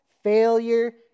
failure